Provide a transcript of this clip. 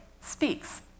speaks